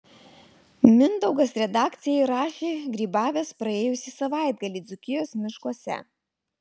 mindaugas redakcijai rašė grybavęs praėjusį savaitgalį dzūkijos miškuose